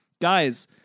guys